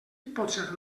potser